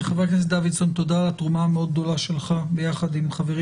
חבר הכנסת דוידסון תודה על התרומה המאוד גדולה שלך ביחד עם חברים